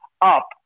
up